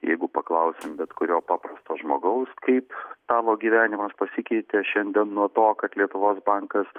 jeigu paklausim bet kurio paprasto žmogaus kaip tavo gyvenimas pasikeitė šiandien nuo to kad lietuvos bankas